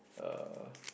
uh